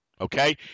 okay